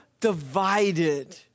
divided